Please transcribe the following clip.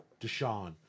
Deshaun